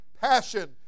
passion